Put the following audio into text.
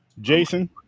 Jason